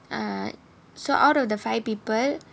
uh so out of the five people